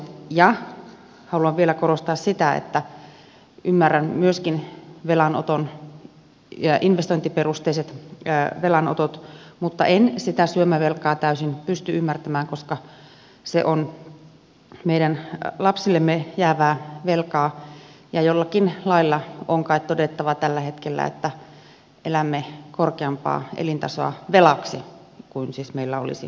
ja haluan vielä korostaa sitä että ymmärrän myöskin velanoton ja investointiperusteiset velanotot mutta en sitä syömävelkaa täysin pysty ymmärtämään koska se on meidän lapsillemme jäävää velkaa ja jollakin lailla on kai todettava tällä hetkellä että elämme velaksi korkeampaa elintasoa kuin mihin meillä olisi varaa